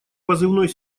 позывной